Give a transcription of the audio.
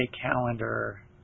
calendar